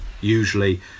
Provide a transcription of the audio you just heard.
Usually